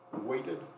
weighted